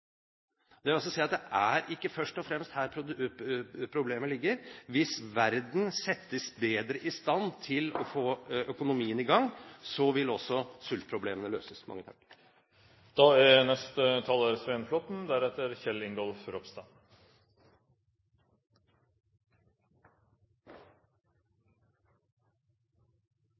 Det vil altså si at det er ikke først og fremst her problemet ligger. Hvis verden settes bedre i stand til å få økonomien i gang, vil også sultproblemene løses.